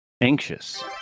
Anxious